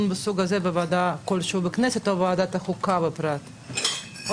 בסוגיה הזו בוועדה כלשהי בכנסת או בוועדת החוקה בפרט או